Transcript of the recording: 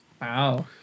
Wow